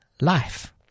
life